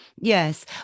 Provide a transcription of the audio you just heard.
Yes